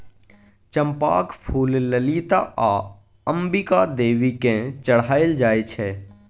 चंपाक फुल ललिता आ अंबिका देवी केँ चढ़ाएल जाइ छै